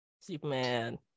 superman